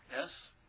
Yes